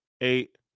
eight